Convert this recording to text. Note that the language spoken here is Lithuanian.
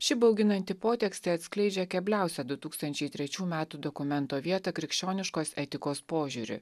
ši bauginanti potekstė atskleidžia kebliausia du tūkstančiai trečių metų dokumento vietą krikščioniškos etikos požiūriu